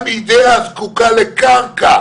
גם אידאה זקוקה לקרקע